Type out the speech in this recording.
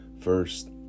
First